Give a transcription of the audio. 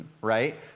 Right